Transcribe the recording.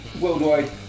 worldwide